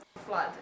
Flood